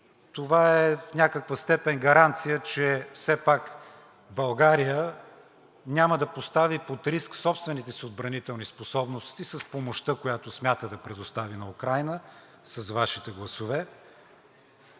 Това е в някаква степен гаранция, че все пак България няма да постави под риск собствените си отбранителни способности с помощта, която смята да предостави на Украйна, с Вашите гласове,